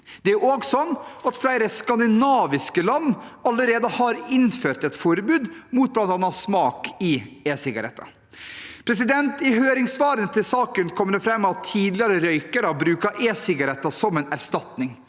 Det er også slik at flere skandinaviske land allerede har innført et forbud mot bl.a. smak i e-sigaretter. I høringssvaret til saken kom det fram at tidligere røykere bruker e-sigaretter som en erstatning.